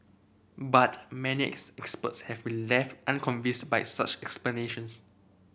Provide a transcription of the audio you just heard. but many is experts have been left unconvinced by such explanations